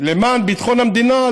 למען ביטחון המדינה,